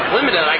Limited